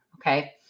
Okay